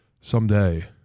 someday